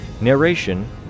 Narration